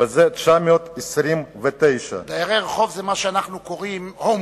וזה 929. דרי רחוב זה מה שאנחנו מכנים הומלס,